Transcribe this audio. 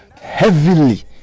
heavily